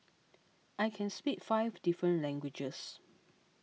I can speak five different languages